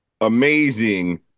amazing